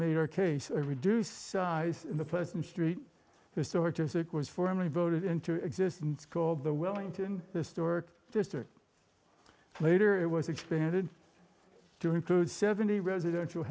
made our case a reduced size the person street was so artistic was formerly voted into existence called the wellington historic district later it was expanded to include seventy residential